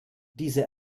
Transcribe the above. diese